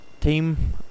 team